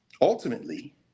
ultimately